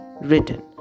written